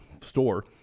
store